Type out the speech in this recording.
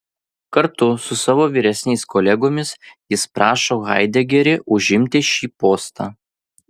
kartu su savo vyresniais kolegomis jis prašo haidegerį užimti šį postą